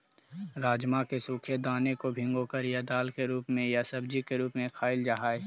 राजमा के सूखे दानों को भिगोकर या दाल के रूप में या सब्जी के रूप में खाईल जा हई